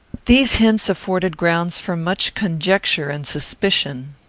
these hints afforded grounds for much conjecture and suspicion.